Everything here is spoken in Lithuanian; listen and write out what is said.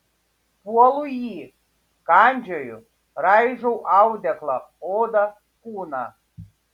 puolu jį kandžioju raižau audeklą odą kūną